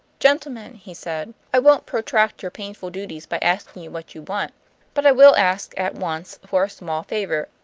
gentleman, he said, i won't protract your painful duties by asking you what you want but i will ask at once for a small favor,